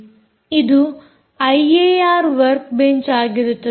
ಇದು IAR work bench ಆಗಿರುತ್ತದೆ